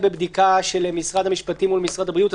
בבדיקה של משרד המשפטים מול משרד הבריאות.